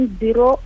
zero